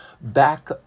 back